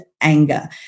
anger